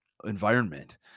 environment